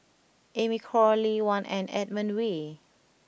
Amy Khor Lee Wen and Edmund Wee